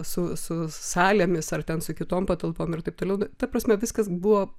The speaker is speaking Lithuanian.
su su salėmis ar ten su kitom patalpom ir taip toliau ta prasme viskas buvo